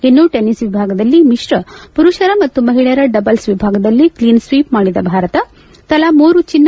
ಇನ್ನು ಟೆನಿಸ್ ವಿಭಾಗದಲ್ಲಿ ಮಿಶ್ರ ಪುರುಷರ ಮತ್ತು ಮಹಿಳೆಯರ ಡಬಲ್ಸ್ ವಿಭಾಗದಲ್ಲಿ ಕ್ಲೀನ್ ಸ್ವೀಪ್ ಮಾಡಿದ ಭಾರತ ತಲಾ ಮೂರು ಚಿನ್ನ